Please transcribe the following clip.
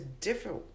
different